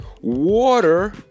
Water